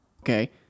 Okay